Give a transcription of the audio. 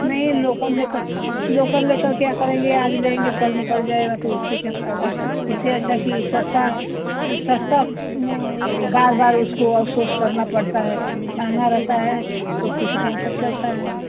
नई लोकल ले कर लोकल ले कर क्या करेंगे आज लेंगे कल निकल जाएगा तो उससे क्या फायदा इससे अच्छा कि सस्ता सस्ता बार बार उसको अफ़सोस करना पड़ता है महँगा रहता है तो कुछ दिन तक चलता है